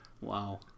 Wow